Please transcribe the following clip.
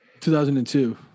2002